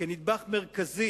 כנדבך מרכזי